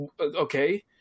okay